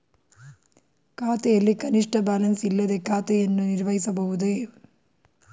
ಖಾತೆಯಲ್ಲಿ ಕನಿಷ್ಠ ಬ್ಯಾಲೆನ್ಸ್ ಇಲ್ಲದೆ ಖಾತೆಯನ್ನು ನಿರ್ವಹಿಸಬಹುದೇ?